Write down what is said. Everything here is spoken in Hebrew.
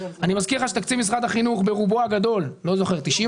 אי מזכיר לך שתקציב משרד החינוך ברובו הגדול - לא זוכר אם אלה